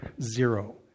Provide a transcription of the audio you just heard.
zero